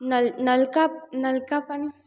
नल नल का पानी नल का पानी